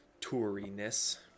touriness